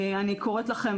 אני קוראת לכם,